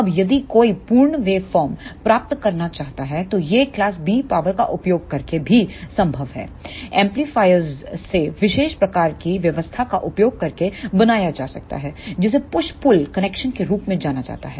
अब यदि कोई पूर्ण वेव फॉर्म प्राप्त करना चाहता है तो यह क्लास B पावर का उपयोग करके भी संभव हैएम्पलीफायरइसे विशेष प्रकार की व्यवस्था का उपयोग करके बनाया जा सकता है जिसे पुश पुल कनेक्शन के रूप में जाना जाता है